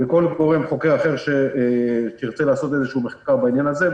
וכל גורם או חוקר אחר שירצה לעשות איזה שהוא מחקר בעניין הזה,